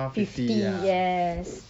fifty yes